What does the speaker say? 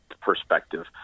perspective